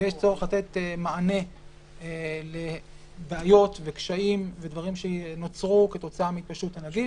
ויש צורך לתת מענה לבעיות וקשיים ודברים שנוצרו כתוצאה מהתפשטות הנגיף,